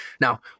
Now